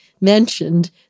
mentioned